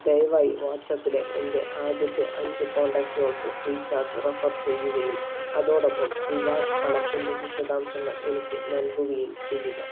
ദയവായി വാട്ട്സ്ആപ്പിലെ എൻ്റെ ആദ്യത്തെ അഞ്ച് കോൺടാക്റ്റുകൾക്ക് ഫ്രീ ചാർജ് റെഫർ ചെയ്യുകയും അതോടൊപ്പം റിവാർഡ് പണത്തിൻ്റെ വിശദാംശങ്ങൾ എനിക്ക് നൽകുകയും ചെയ്യുക